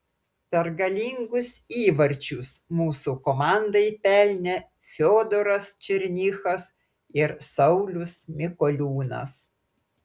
pergalingus įvarčius mūsų komandai pelnė fiodoras černychas ir saulius mikoliūnas